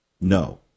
No